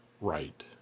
right